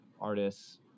artists